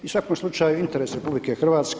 I u svakom slučaju interes RH